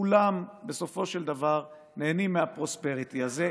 כולם בסופו של דבר נהנים מהפרוספריטי הזה.